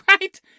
right